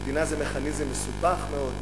מדינה זה מכניזם מסובך מאוד,